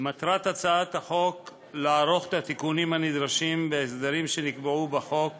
מטרת הצעת החוק לערוך את התיקונים הנדרשים בהסדרים שנקבעו בחוק